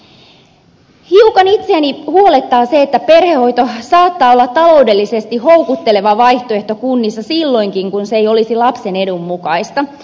hiukan itseäni huolettaa se että perhehoito saattaa olla taloudellisesti houkutteleva vaihtoehto kunnissa silloinkin kun se ei olisi lapsen edun mukaista